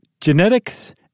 genetics